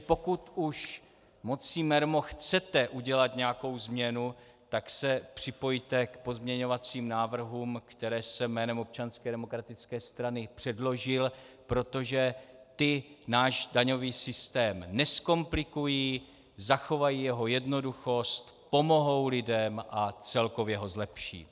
Pokud už mocí mermo chcete udělat nějakou změnu, tak se připojte k pozměňovacím návrhům, které jsem jménem Občanské demokratické strany předložil, protože ty náš daňový systém nezkomplikují, zachovají jeho jednoduchost, pomohou lidem a celkově ho zlepší.